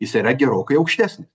jis yra gerokai aukštesnis